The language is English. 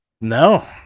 No